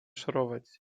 szorować